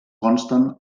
consten